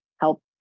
help